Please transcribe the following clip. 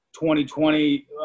2020